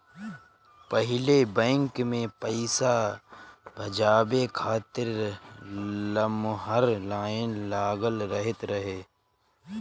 पहिले बैंक में पईसा भजावे खातिर लमहर लाइन लागल रहत रहे